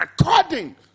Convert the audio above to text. according